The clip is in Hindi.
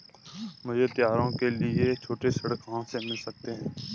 मुझे त्योहारों के लिए छोटे ऋण कहाँ से मिल सकते हैं?